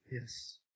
Yes